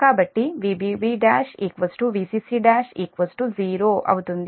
కాబట్టి Vbb1 Vcc1 0